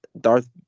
Darth